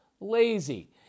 lazy